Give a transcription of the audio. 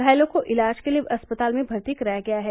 घायलों को इलाज के लिये अस्पताल में भर्ती कराया गया है